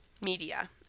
media